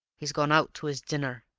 he's gone out to his dinner,